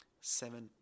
seven